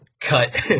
Cut